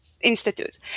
Institute